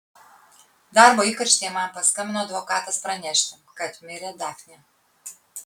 darbo įkarštyje man paskambino advokatas pranešti kad mirė dafnė